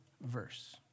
verse